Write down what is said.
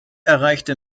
erreichte